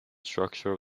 structure